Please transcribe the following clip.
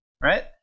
right